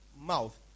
mouth